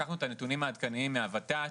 לקחנו את הנתונים העדכניים מהות"ת,